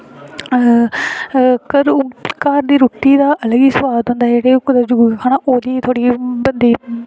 घरुं घर दी रुट्टी दा अलग गै सोआद होंदा ऐ जेह्ड़ी खानी ओह्दी थोह्ड़ी बंदे गी